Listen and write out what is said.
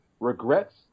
Regrets